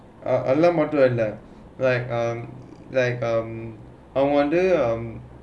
ah அதெல்லாம் மட்டும் இல்லே:athellaam mattum illae like um like um I wonder um